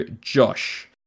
Josh